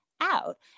out